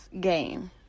Game